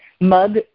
mug